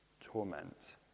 torment